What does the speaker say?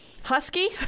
husky